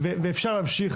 ואפשר להמשיך,